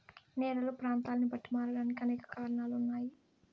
నేలలు ప్రాంతాన్ని బట్టి మారడానికి అనేక కారణాలు ఉన్నాయి